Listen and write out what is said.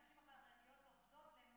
מהנשים החרדיות עובדות.